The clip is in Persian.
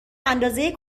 اندازه